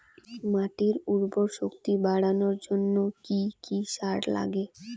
মাটির উর্বর শক্তি বাড়ানোর জন্য কি কি সার লাগে?